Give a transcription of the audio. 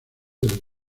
del